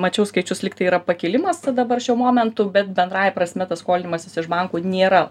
mačiau skaičius lyg tai yra pakilimas dabar šiuo momentu bet bendrąja prasme tas skolinimasis iš bankų nėra